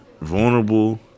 vulnerable